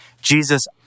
Jesus